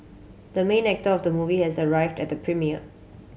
the main actor of the movie has arrived at the premiere